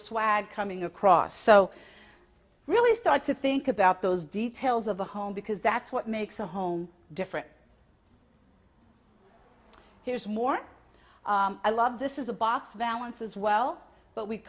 swag coming across so really start to think about those details of the home because that's what makes a home different here's more i love this is a box valances well but we